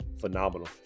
phenomenal